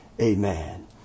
Amen